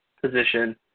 position